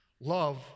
Love